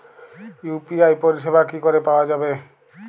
UPI পরিষেবা কি করে পাওয়া যাবে?